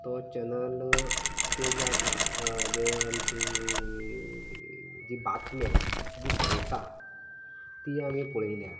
तो चॅनलाचेर जें आसा जें आमची जी बातम्यां जी सांगता ती आमी पळयल्या